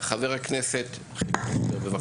חבר הכנסת חילי טרופר, בבקשה.